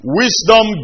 wisdom